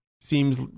seems